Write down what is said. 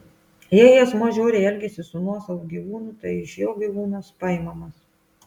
jei asmuo žiauriai elgiasi su nuosavu gyvūnu tai iš jo gyvūnas paimamas